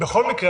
בכל מקרה,